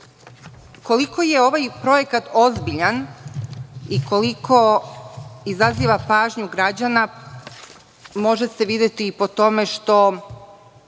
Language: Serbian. je ovaj projekat ozbiljan i koliko izaziva pažnju građana može se videti po tome što